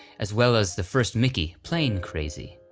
as well as the first mickey, plane crazy.